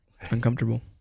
uncomfortable